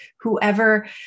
whoever